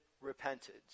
repented